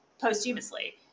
posthumously